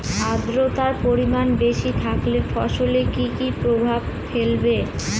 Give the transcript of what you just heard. আদ্রর্তার পরিমান বেশি থাকলে ফসলে কি কি প্রভাব ফেলবে?